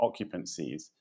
occupancies